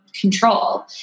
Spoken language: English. control